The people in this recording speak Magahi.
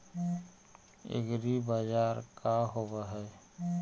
एग्रीबाजार का होव हइ?